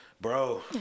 Bro